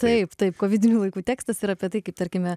taip taip kovidinių laikų tekstas yra apie tai kaip tarkime